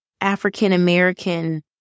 African-American